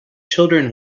children